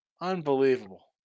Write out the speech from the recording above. Unbelievable